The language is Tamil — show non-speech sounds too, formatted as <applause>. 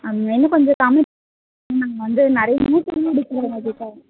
அப்படியா இன்னும் கொஞ்சம் கம்மி நாங்கள் வந்து நிறையா மூட்டை இன்னும் <unintelligible>